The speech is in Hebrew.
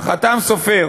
החת"ם סופר